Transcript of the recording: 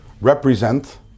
represent